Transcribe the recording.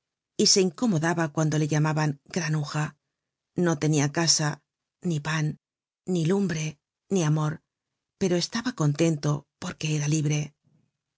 y se incomodaba cuando le llamaban granuja no tenia casa ni pan ni lumbre ni amor pero estaba contento porque era libre